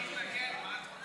אף אחד לא מתנגד, מה את רוצה?